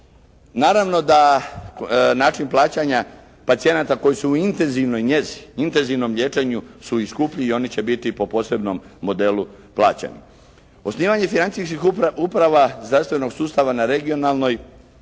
Naravno da način plaćanja pacijenata koji su u intenzivnoj njezi, intenzivnom liječenju su i skuplji i oni će biti po posebnom modelu plaćeni. Osnivanje financijskih uprava zdravstvenog sustava na regionalnoj